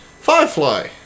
Firefly